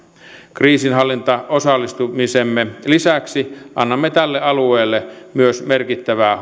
kriisinhallintaosallistumisemme lisäksi annamme tälle alueelle myös merkittävää